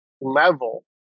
level